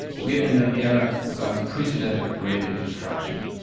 we are in an era of unprecedented creative destruction,